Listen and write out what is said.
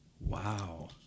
Wow